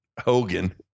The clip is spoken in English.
Hogan